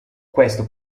questo